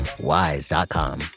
WISE.com